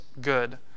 good